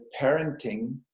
parenting